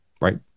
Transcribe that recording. right